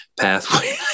pathway